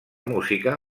música